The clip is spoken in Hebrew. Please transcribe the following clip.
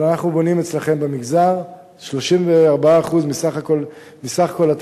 אבל אנחנו בונים אצלכם במגזר 34% מסך כל התקציב.